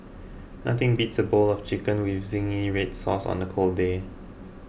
nothing beats a bowl of chicken with Zingy Red Sauce on a cold day